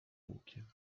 lukiem